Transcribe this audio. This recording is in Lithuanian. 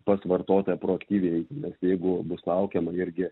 pas vartotoją proaktyviai nes jeigu bus laukiama irgi